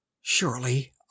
surely